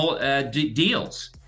deals